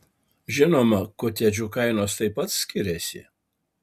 žinoma kotedžų kainos taip pat skiriasi